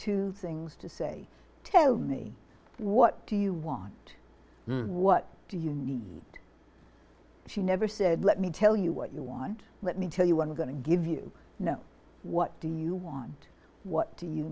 two things to say tell me what do you want what do you need she never said let me tell you what you want let me tell you one going to give you know what do you want what do you